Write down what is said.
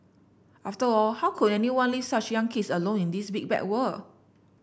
after all how could anyone leave such young kids alone in this big bad world